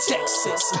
Texas